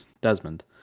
Desmond